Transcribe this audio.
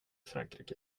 frankrike